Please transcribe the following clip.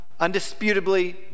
undisputably